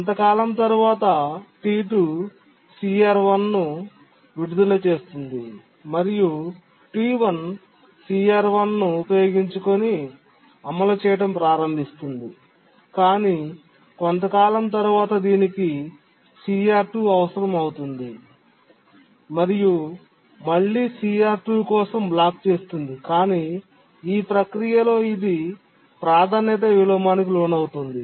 కొంతకాలం తర్వాత T2 CR1 ను విడుదల చేస్తుంది మరియు T1 CR1 ను ఉపయోగించుకొని అమలు చేయడం ప్రారంభిస్తుంది కానీ కొంతకాలం తర్వాత దీనికి CR2 అవసరం అవుతుంది మరియు మళ్ళీ CR2 కోసం బ్లాక్ చేస్తుంది కాని ఈ ప్రక్రియలో ఇది ప్రాధాన్యత విలోమానికి లోనవుతుంది